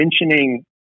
mentioning